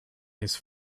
his